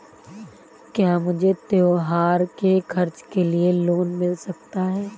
क्या मुझे त्योहार के खर्च के लिए लोन मिल सकता है?